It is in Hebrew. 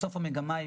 ובאמת המגמה הרצויה